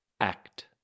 Act